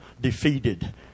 defeated